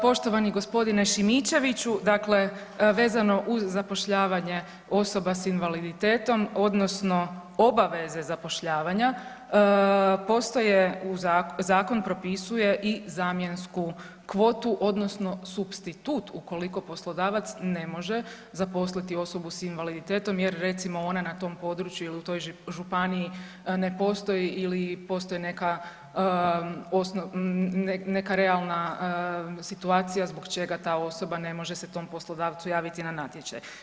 Poštovani g. Šimičeviću, dakle vezano uz zapošljavanje osoba s invaliditetom odnosno obaveze zapošljavanja postoje u, zakon propisuje i zamjensku kvotu odnosno supstitut ukoliko poslodavac ne može zaposliti osobu s invaliditetom jer recimo ona na tom području ili u toj županiji ne postoji ili postoje neka, neka realna situacija zbog čega ta osoba ne može se tom poslodavcu javiti na natječaj.